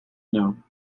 known